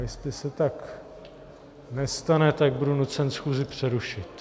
A jestli se tak nestane, tak budu nucen schůzi přerušit.